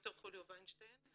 וד"ר חוליו ויינשטיין.